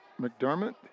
McDermott